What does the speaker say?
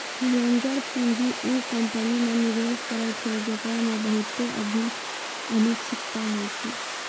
venture पूंजी उ company मे निवेश करै छै जेकरा मे बहुते अनिश्चिता होय छै